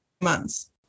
months